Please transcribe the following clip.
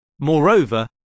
Moreover